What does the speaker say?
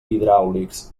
hidràulics